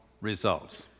results